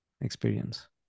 experience